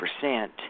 percent